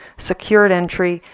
secured entry.